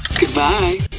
Goodbye